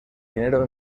dinero